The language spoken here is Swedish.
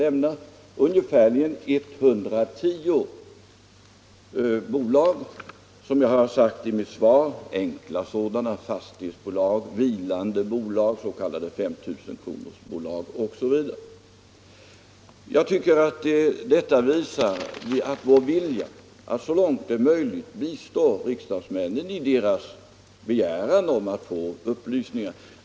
Det var ungefär 110 bolag. Som jag har sagt i mitt svar var det fråga om enkla företag, såsom fastighetsbolag, vilande bolag, s.k. 5 000-kronorsbolag osv. Jag tycker att detta visar vår vilja att så långt det är möjligt bistå riksdagsmännen i deras önskemål om att få upplysningar.